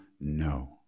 No